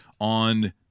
on